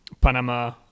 Panama